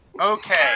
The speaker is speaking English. okay